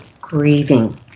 grieving